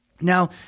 Now